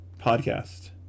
podcast